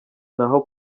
ntaho